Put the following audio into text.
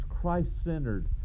Christ-centered